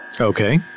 Okay